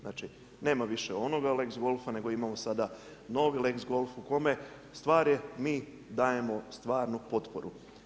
Znači nema više onoga lex golfa nego imamo sada novi lex golf u kome stvari mi dajemo stvarnu potporu.